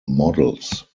models